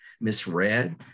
misread